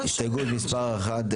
הסתייגות מספר 1,